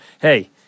hey